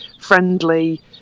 friendly